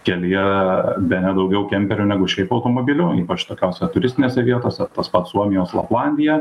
kelyje bene daugiau kemperių negu šiaip automobilių ypač tokiose turistinėse vietose tas pats suomijos laplandija